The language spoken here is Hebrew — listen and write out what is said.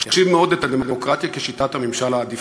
החשיב מאוד את הדמוקרטיה כשיטת הממשל העדיפה,